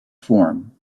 form